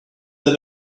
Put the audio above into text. that